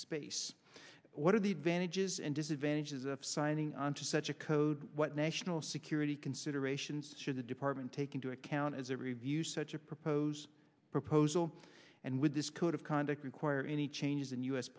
space what are the advantages and disadvantages of signing on to such a code what national security considerations should the department take into account as a review such a proposed proposal and with this code of conduct require any changes in u